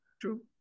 True